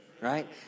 right